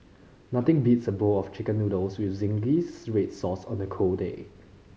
nothing beats a bowl of Chicken Noodles with zingy red sauce on a cold day